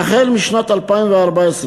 החל בשנת 2014,